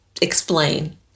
explain